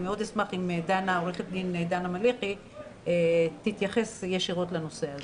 אני אשמח אם עו"ד דנה מליחי תתייחס ישירות לנושא הזה.